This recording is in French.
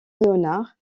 léonard